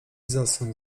zasnął